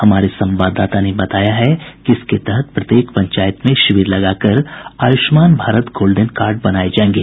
हमारे संवाददाता ने बताया है कि इसके तहत प्रत्येक पंचायत में शिविर लगाकर आयुष्मान भारत गोल्डेन कार्ड बनाये जायेंगे